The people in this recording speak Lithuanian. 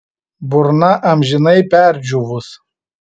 burna amžinai perdžiūvus